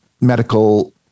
medical